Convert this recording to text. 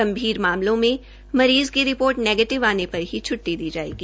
गंभीर मामलों में मरीज की रिपोर्ट नैगेटिव आने पर ही छ्ट्टी दी जायेगी